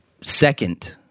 Second